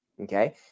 okay